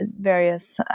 various